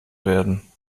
werden